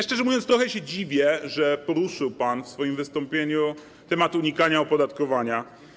Szczerze mówiąc, trochę się dziwię, że poruszył pan w swoim wystąpieniu temat unikania opodatkowania.